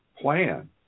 plan